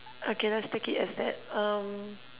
okay let's take it as that um